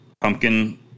pumpkin